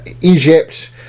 Egypt